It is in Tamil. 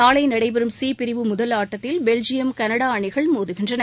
நாளை நடைபெறும் சி பிரிவு முதல் ஆட்டத்தில் பெல்ஜியம் கனடா அணிகள் மோதுகின்றன